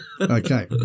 Okay